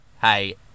hey